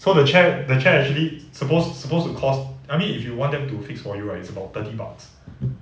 so the chair the chair actually supposed supposed to cost I mean if you want them to fix for you right it's about thirty bucks